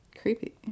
creepy